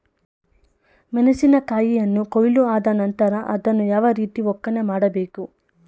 ಮೆಣಸಿನ ಕಾಯಿಯನ್ನು ಕೊಯ್ಲು ಆದ ನಂತರ ಅದನ್ನು ಯಾವ ರೀತಿ ಒಕ್ಕಣೆ ಮಾಡಬೇಕು?